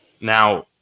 Now